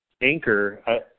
Anchor